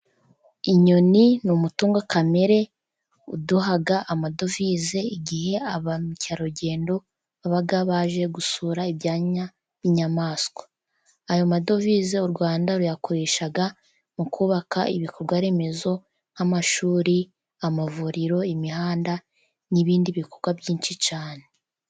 Inyoni ni umutungo kamere, uduha amadovize igihe ba mukerarugendo, babaga baje gusura ibyanya by 'inyamaswa. ayo madovize U rwanda ruyakoresha mu kubaka ibikorwaremezo, nk'amashuri, amavuriro imihanda n'ibindi bikorwa byinshi cyane.